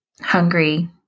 hungry